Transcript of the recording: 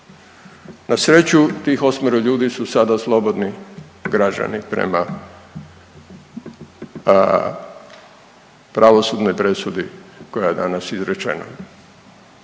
Nasreću tih 8-ero ljudi su sada slobodni građani prema pravosudnoj presudi koja je danas izrečena.